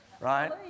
right